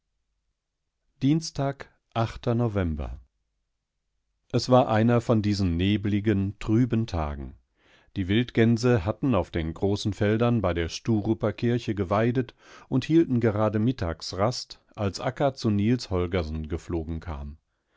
dienstag november es war einer von diesen nebeligen trüben tagen die wildgänse hatten auf den großen feldern bei der sturuper kirche geweidet und hielten gerade mittagsrast alsakkazunielsholgersengeflogenkam